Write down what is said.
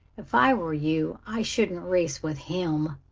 if i were you i shouldn't race with him.